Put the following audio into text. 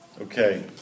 Okay